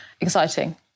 exciting